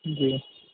جی